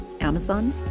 Amazon